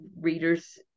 readers